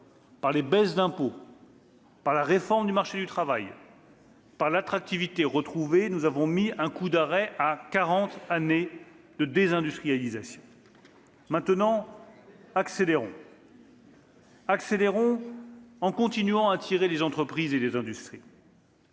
Par les baisses d'impôts, par la réforme du marché du travail, par l'attractivité retrouvée, nous avons mis un coup d'arrêt à quarante années de désindustrialisation. Maintenant, accélérons ; accélérons en continuant à attirer les entreprises et les industries.